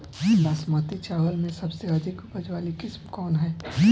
बासमती चावल में सबसे अधिक उपज वाली किस्म कौन है?